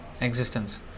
existence